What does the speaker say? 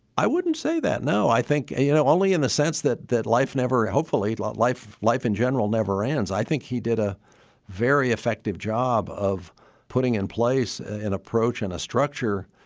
i wouldn't say that, no, i think, you know, only in the sense that that life never hopefully lost life. life in general never ends. i think he did a very effective job of putting in place an approach and a structure.